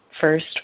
first